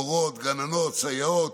מורות, גננות, סייעות,